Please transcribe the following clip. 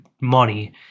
money